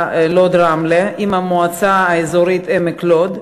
לוד ורמלה עם המועצה האזורית עמק לוד,